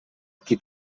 qui